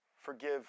forgive